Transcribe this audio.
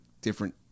different